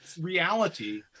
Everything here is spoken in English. reality